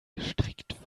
gestrickt